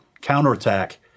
counterattack